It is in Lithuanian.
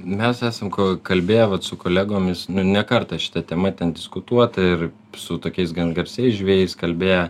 mes esam kalbėję vat su kolegomis nu ne kartą šita tema ten diskutuota ir su tokiais gan garsiais žvejais kalbėję